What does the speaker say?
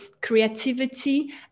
creativity